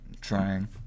trying